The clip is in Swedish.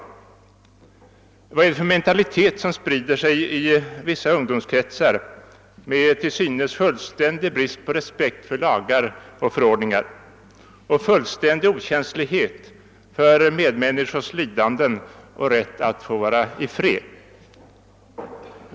Vad är det för mentalitet som sprider sig i vissa ungdomskretsar med till synes fullständig brist på respekt för lagar och förordningar och fullständig okänslighet för medmänniskors lidanden och rätt att få vara i fred?